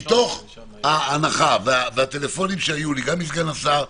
מתוך הנחה והטלפונים שהיו לי גם מסגן השר,